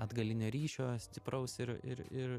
atgalinio ryšio stipraus ir ir ir